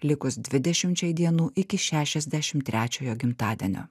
likus dvidešimčiai dienų iki šešiasdešimt trečiojo gimtadienio